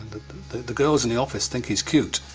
the the girls in the office think he is cute.